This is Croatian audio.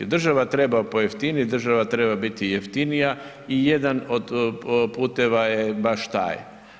Država treba pojeftinit, država treba biti jeftinija i jedan od puteva je baš taj.